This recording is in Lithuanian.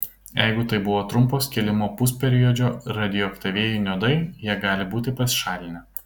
jeigu tai buvo trumpo skilimo pusperiodžio radioaktyvieji nuodai jie gali būti pasišalinę